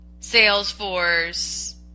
Salesforce